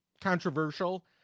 controversial